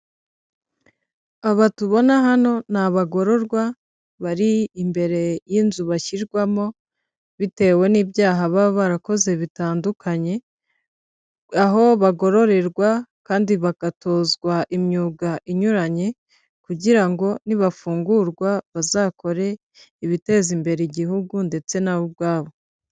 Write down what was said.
AAba tubona hano ni abagororwa bari imbere y'inzu bashyirwamo bitewe n'ibyaha baba barakoze bitandukanye, aho bagororerwa kandi bagatozwa imyuga inyuranye kugira ngo nibafungurwa bazakore ibiteza imbere igihugu ndetse na bo ubwabo.